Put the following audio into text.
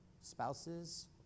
spouses